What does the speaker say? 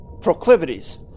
proclivities